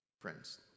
Friends